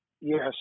Yes